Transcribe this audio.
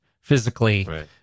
physically